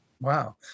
wow